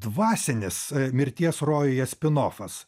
dvasinis mirties rojuje spinofas